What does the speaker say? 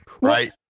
Right